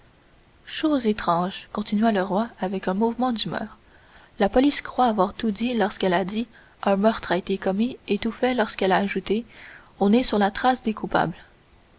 chose étrange continua le roi avec un mouvement d'humeur la police croit avoir tout dit lorsqu'elle a dit un meurtre a été commis et tout fait lorsqu'elle a ajouté on est sur la trace des coupables